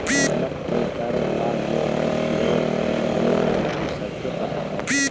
नमक के कर ला जो प्रतिरोध होलई हल उ सबके पता हई